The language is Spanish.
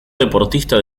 deportista